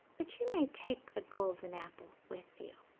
but you may take the golden apple with you.